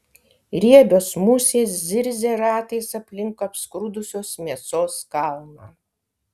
riebios musės zirzia ratais aplink apskrudusios mėsos kalną